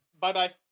Bye-bye